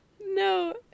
No